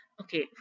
Okay